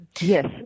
Yes